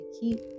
keep